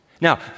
Now